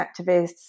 activists